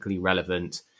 relevant